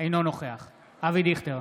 אינו נוכח אבי דיכטר,